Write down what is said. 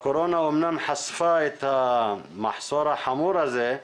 הקורונה אמנם חשפה את המחסור החמור הזה,